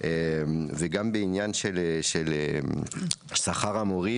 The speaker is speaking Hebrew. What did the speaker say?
וגם בעניין של שכר המורים,